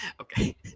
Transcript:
Okay